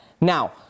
Now